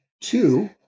Two